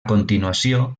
continuació